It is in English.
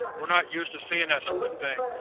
we're not used to seeing that sort of thing,